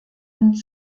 und